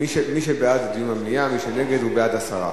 מי שנגד, הוא בעד הסרה,